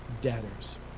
debtors